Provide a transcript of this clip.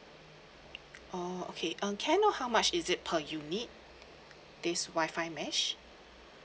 oh okay um can I know how much is it per unit this WI-FI mesh